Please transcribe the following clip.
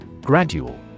Gradual